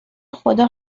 خدا